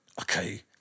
okay